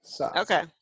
Okay